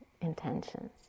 intentions